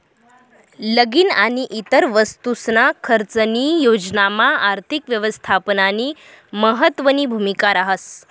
लगीन आणि इतर वस्तूसना खर्चनी योजनामा आर्थिक यवस्थापननी महत्वनी भूमिका रहास